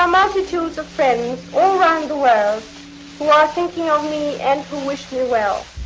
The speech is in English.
um multitudes of friends all round the world who are thinking of me and who wish me well.